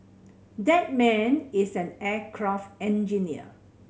that man is an aircraft engineer